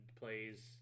plays